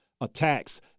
attacks